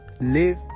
Live